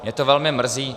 Mě to velmi mrzí.